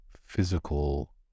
physical